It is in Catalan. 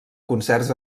concerts